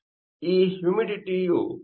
ಆ ಹ್ಯೂಮಿಡಿಟಿಯು 18